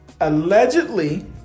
Allegedly